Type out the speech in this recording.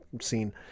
scene